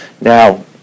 Now